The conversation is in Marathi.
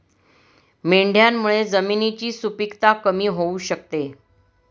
मेंढ्यांमुळे जमिनीची सुपीकता कमी होऊ शकते